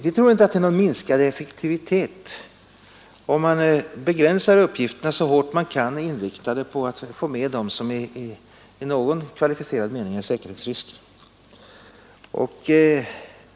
Vi tror inte effektiviteten minskar om man begränsar SÄPO:s uppgifter så hårt man kan och inriktar dem på att registrera personer som utgör en säkerhetsrisk i någon rimligt kvalificerad mening.